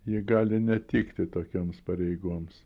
ji gali netikti tokioms pareigoms